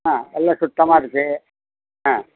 ஆ நல்ல சுத்தமாக இருக்குது ஆ